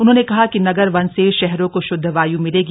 उन्होंने कहा कि नगर वन से शहरों को श्द्ध वाय् मिलेगी